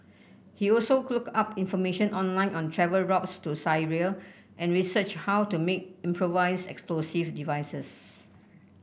he also looked up information online on travel routes to Syria and researched how to make improvised explosive devices